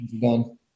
done